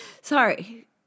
Sorry